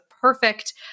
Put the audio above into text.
perfect